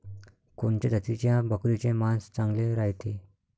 कोनच्या जातीच्या बकरीचे मांस चांगले रायते?